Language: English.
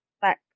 back